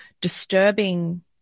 disturbing